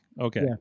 Okay